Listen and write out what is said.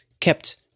kept